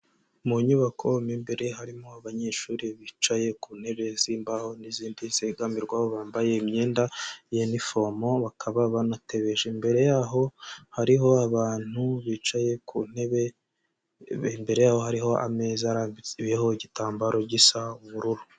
Mu nyubako mo imbere harimo abanyeshuri bicaye ku ntebe z'imbaho n'izindi zegamirwaho bambaye imyenda y'iforomo bakaba banatebeje imbere yaho hariho abantu bicaye ku ntebe imbere yaho hariho ameza arambitsweho igitambaro gisa ubururu.